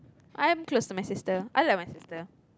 I am close to my sister I love my sister